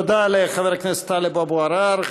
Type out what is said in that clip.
תודה לחבר הכנסת טלב אבו עראר.